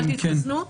אל תתחסנו.